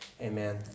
Amen